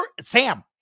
Sam